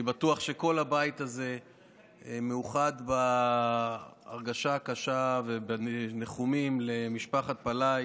אני בטוח שכל הבית הזה מאוחד בהרגשה הקשה ובניחומים למשפחת פלאי